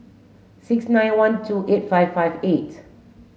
six nine one two eight five five eight